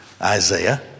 isaiah